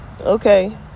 okay